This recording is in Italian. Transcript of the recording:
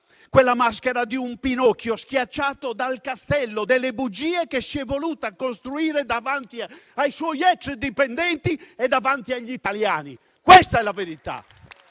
quella maschera sbiadita di un Pinocchio schiacciato dal castello delle bugie che si è voluto costruire davanti ai suoi ex dipendenti e davanti agli italiani. Questa è la verità.